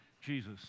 Jesus